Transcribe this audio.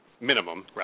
Minimum